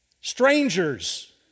strangers